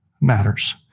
matters